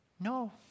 no